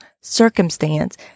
circumstance